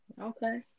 Okay